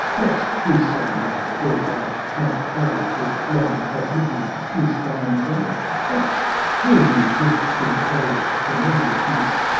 let whoso make or buy, my clay with long oblivion is gone dry but fill me with the old familiar juice,